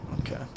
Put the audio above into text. Okay